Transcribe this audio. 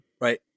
Right